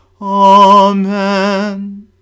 Amen